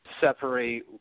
separate